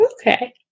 Okay